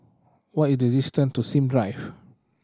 what is the distant to Sim Drive